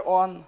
on